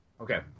Okay